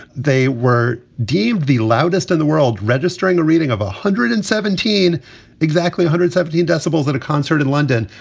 they were deemed the loudest in the world, registering a reading of one hundred and seventeen exactly hundred seventeen decibels at a concert in london.